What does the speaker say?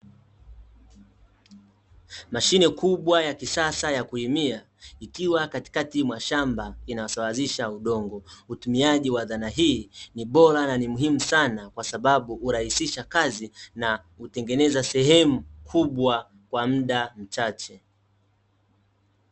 Mashine kubwa ya kisasa ya kulimia, ikiwa katikati mwa shamba, inasawazisha udongo. Utumiaji wa dhana hii ni bora na ni muhimu sana, kwa sababu hurahisisha kazi, na hutengeneza sehemu kubwa kwa mda mchache.